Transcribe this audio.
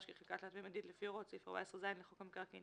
כחלקה תלת־ממדית לפי הוראות סעיף 14ז לחוק המקרקעין,